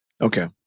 Okay